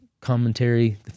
commentary